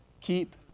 keep